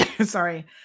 sorry